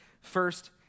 First